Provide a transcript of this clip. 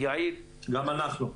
יעיל -- גם אנחנו.